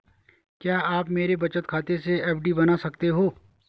क्या आप मेरे बचत खाते से एफ.डी बना सकते हो?